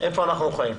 אנחנו חיים.